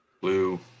blue